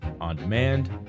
on-demand